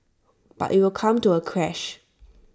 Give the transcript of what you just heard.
but IT will come to A crash